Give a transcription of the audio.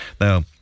now